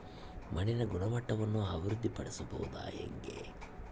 ಮಣ್ಣಿನ ಗುಣಮಟ್ಟವನ್ನು ಅಭಿವೃದ್ಧಿ ಪಡಿಸದು ಹೆಂಗೆ?